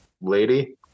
lady